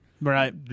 Right